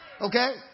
Okay